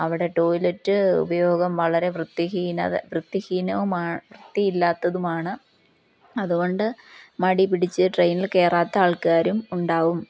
അവിടെ ടോയ്ലറ്റ് ഉപയോഗം വളരെ വൃത്തിഹീനത് വൃത്തിഹീനവുമാ വൃത്തിയില്ലാത്തതുമാണ് അതുകൊണ്ട് മടി പിടിച്ച് ട്രെയിനിൽ കയറാത്ത ആൾക്കാരും ഉണ്ടാവും